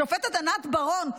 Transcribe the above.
השופטת ענת ברון,